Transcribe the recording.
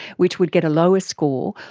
which would get a lower score,